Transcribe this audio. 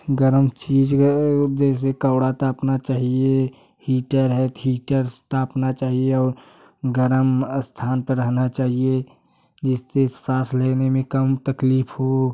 गर्म चीज़ जैसे कोड़ा तापना चाहिए हीटर है हीटर तापना चाहिए और गर्म स्थान पे रहना चाहिए जिससे साँस लेने में कम तकलीफ हो